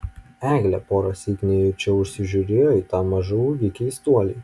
eglė porąsyk nejučia užsižiūrėjo į tą mažaūgį keistuolį